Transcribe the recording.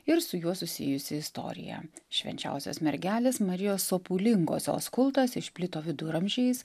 ir su juo susijusi istorija švenčiausios mergelės marijos sopulingosios kultas išplito viduramžiais